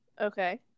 Okay